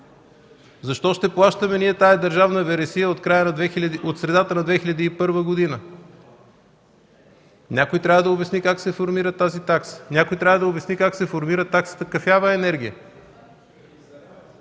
Защо ще плащаме ние тази държавна вересия от средата на 2001 г.? Някой трябва да обясни как се формира тази такса. Някой трябва да обясни как се формира таксата кафява енергия.